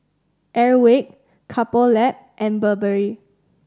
Airwick Couple Lab and Burberry